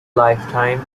lifetime